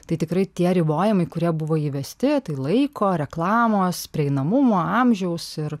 tai tikrai tie ribojimai kurie buvo įvesti tai laiko reklamos prieinamumo amžiaus ir